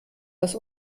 das